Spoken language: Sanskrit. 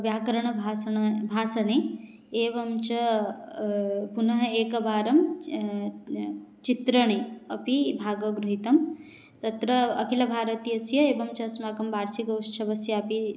व्याकरणभाषणे भाषणे एवं च पुनः एकवारं च् चित्रणे अपि भागः गृहीतः तत्र अखिलभारतीयस्य एवं च अस्माकं वार्षिकोत्सवस्यापि